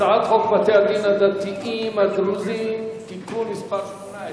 הצעת חוק בתי-הדין הדתיים הדרוזיים (תיקון מס' 18)